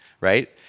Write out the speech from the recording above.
right